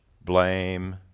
blame